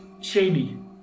shady